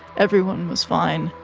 everyone was fine.